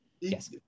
Yes